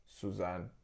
Suzanne